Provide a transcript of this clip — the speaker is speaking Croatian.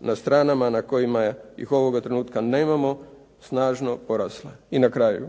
na stranama na kojima ih ovog trenutka nemamo, snažno porasla. I na kraju,